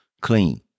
clean